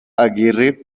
aguirre